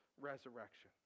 resurrection